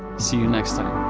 see you next time!